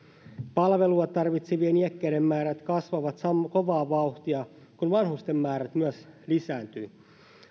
palvelua tarvitsevien iäkkäiden määrät kasvavat kovaa vauhtia samalla kun vanhusten määrä myös lisääntyy